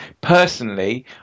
Personally